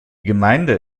gemeinde